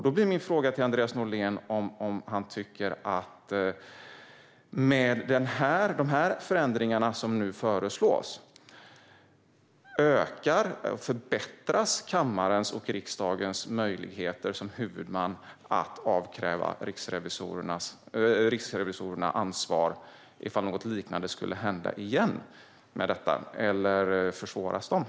Då blir min fråga till Andreas Norlén: Tycker du att riksdagens möjligheter att som huvudman avkräva riksrevisorerna ansvar förbättras med de förändringar som nu föreslås, eller försvåras det?